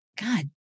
God